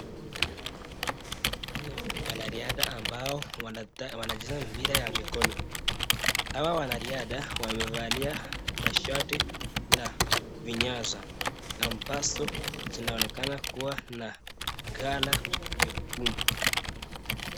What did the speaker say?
Wanariadha ambao wanacheza mpira ya mikono. Hawa wanariadha wamevalia mashati na vinyasa ambazo zinaonekana kuwa na colour nyekundu.